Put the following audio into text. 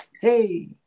Hey